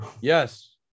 yes